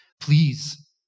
please